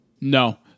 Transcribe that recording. No